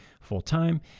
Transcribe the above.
full-time